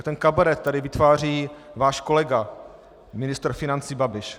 Ten kabaret tady vytváří váš kolega, ministr financí Babiš.